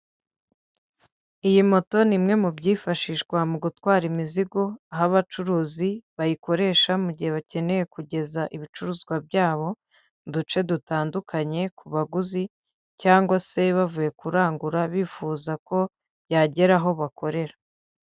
Iyi moto ni imwe mu byifashishwa mu gutwara imizigo aho abacuruzi bayikoresha mu gihe bakeneye kugeza ibicuruzwa byabo mu duce dutandukanye, ku baguzi cyangwa se bavuye kurangura bifuza ko yagera aho bakorera.